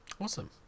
awesome